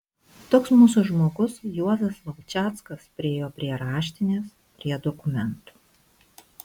toks mūsų žmogus juozas valčackas priėjo prie raštinės prie dokumentų